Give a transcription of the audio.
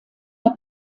der